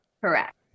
Correct